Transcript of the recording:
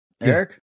Eric